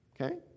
okay